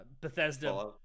bethesda